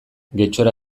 getxora